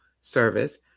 Service